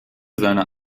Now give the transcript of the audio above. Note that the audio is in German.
seiner